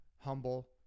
humble